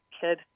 kid